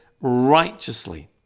righteously